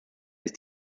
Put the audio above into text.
ist